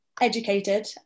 educated